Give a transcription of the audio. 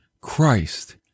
Christ